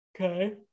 Okay